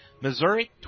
Missouri